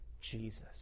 Jesus